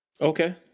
okay